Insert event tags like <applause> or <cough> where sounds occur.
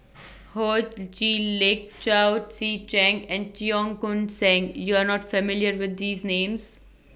<noise> Ho Chee Lick Chao Tzee Cheng and Cheong Koon Seng YOU Are not familiar with These Names